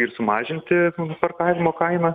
ir sumažinti parkavimo kainą